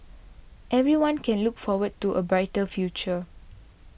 everyone can look forward to a brighter future